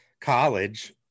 college